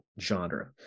genre